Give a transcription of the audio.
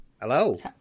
Hello